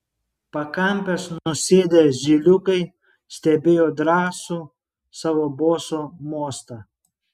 pakampes nusėdę zyliukai stebėjo drąsų savo boso mostą